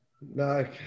No